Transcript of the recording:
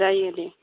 जायो दे